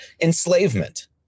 enslavement